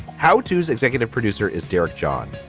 how tos executive producer is derek john?